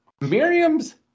Miriam's